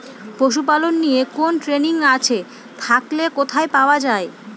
পশুপালন নিয়ে কোন ট্রেনিং আছে থাকলে কোথায় পাওয়া য়ায়?